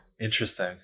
interesting